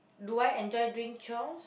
do I enjoy doing chores